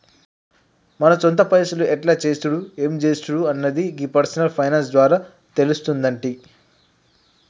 మన సొంత పైసలు ఎట్ల చేసుడు ఎం జేసుడు అన్నది గీ పర్సనల్ ఫైనాన్స్ ద్వారా తెలుస్తుందంటి